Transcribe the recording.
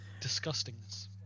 disgustingness